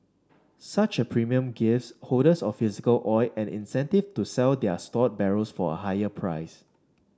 such a premium gives holders of physical oil an incentive to sell their stored barrels for a higher price